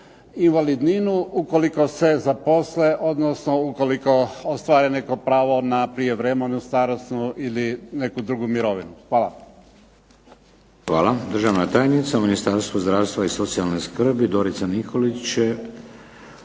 invalidninu ukoliko se zaposle odnosno ukoliko ostvare neko pravo na prijevremenu starosnu ili neku drugu mirovinu. Hvala. **Šeks, Vladimir (HDZ)** Hvala. Državna tajnica u Ministarstvu zdravstva i socijalne skrbi Dorica Nikolić